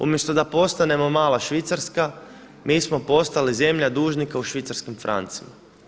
Umjesto da postanemo mala švicarska mi smo postali zemlja dužnika u švicarskim francima.